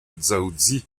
dzaoudzi